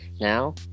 Now